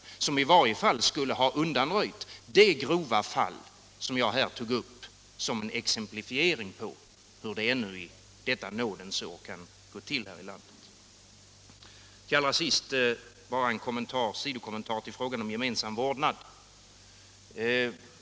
Denna förändring skulle i varje fall ha undanröjt möjligheterna till sådana grova fall som det jag här anförde som exempel på hur det ännu i detta nådens år kan gå till här i landet. Till sist bara en kommentar till frågan om gemensam vårdnad.